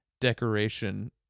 decoration